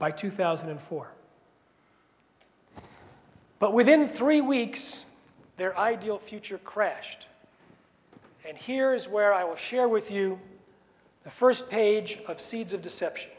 by two thousand and four but within three weeks their ideal future crashed and here is where i will share with you the first page of seeds of deception